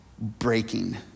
breaking